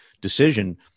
decision